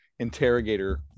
Interrogator